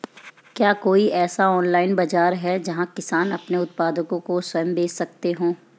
क्या कोई ऐसा ऑनलाइन बाज़ार है जहाँ किसान अपने उत्पादकों को स्वयं बेच सकते हों?